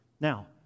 Now